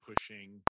pushing